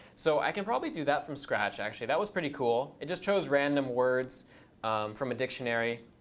so i could probably do that from scratch, actually. that was pretty cool. it just chose random words from a dictionary.